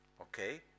Okay